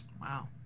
Wow